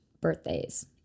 birthdays